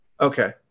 Okay